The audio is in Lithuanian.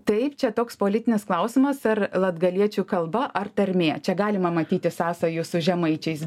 taip čia toks politinis klausimas ar latgaliečių kalba ar tarmė čia galima matyti sąsajų su žemaičiais